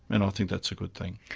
and i think that's a good thing.